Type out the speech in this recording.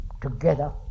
together